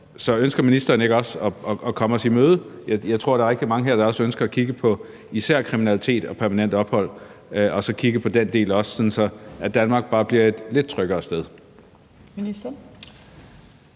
Så ønsker ministeren ikke også at komme os i møde? Jeg tror, der er rigtig mange her, der ønsker at kigge på især kriminalitet og permanent ophold – altså at kigge på den del også, sådan at Danmark bare bliver et lidt tryggere sted.